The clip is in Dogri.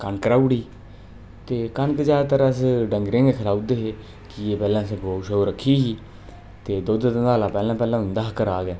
कनक राही ओड़ी ते कनक ज्यादातर अस डंगरे गी खलाई उड़दे हे कि के पैह्ले असें गौ शौ रक्खी ही ते दुद्ध दंदाला पैह्ले पैह्ले होंदा हा घरै दा गै